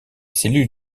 cellules